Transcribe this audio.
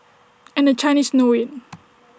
and the Chinese know IT